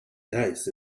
dice